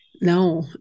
No